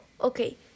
okay